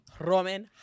Roman